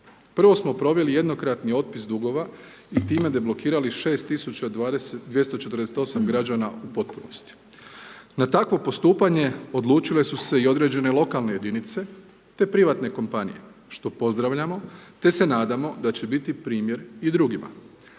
Prvo smo proveli jednokratni otpis dugova i time deblokirali 6248 građana u potpunosti. Na takvo postupanje odlučile su se i određene lokalne jedinice te privatne kompanije što pozdravljamo te se nadamo da će biti primjer i drugima.